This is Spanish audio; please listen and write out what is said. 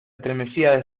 estremecía